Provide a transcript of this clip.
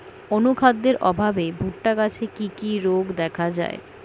অনুখাদ্যের অভাবে ভুট্টা গাছে কি কি রোগ দেখা যায়?